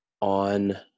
on